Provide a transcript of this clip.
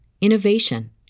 innovation